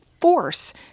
force